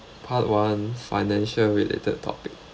part one financial related topic